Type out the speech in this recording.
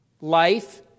Life